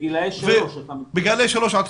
בגילאי 3 אתה מתכוון.